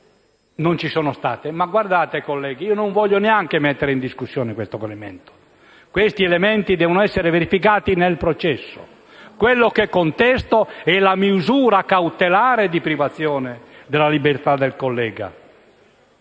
non c'è stato. Guardate, colleghi, io non voglio neanche mettere in discussione questo elemento; questi elementi devono essere nel processo. Quello che contesto è la misura cautelare di privazione della libertà del collega.